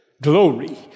glory